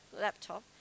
laptop